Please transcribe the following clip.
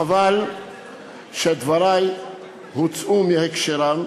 חבל שדברי הוצאו מהקשרם.